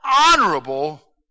honorable